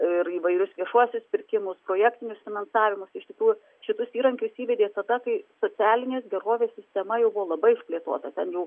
ir įvairius viešuosius pirkimus projektinis finansavimus iš tikrųjų šitus įrankius įvedė tada kai socialinės gerovės sistema jau buvo labai išplėtota ten jau